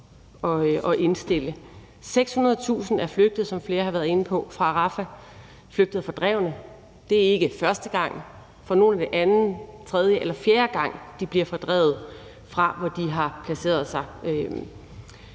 600.000 er, som flere har været inde på, flygtet fra Rafah – flygtet og fordrevet. Det er ikke første gang; for nogle er det anden, tredje eller fjerde gang, de bliver fordrevet fra der, hvor de har placeret sig.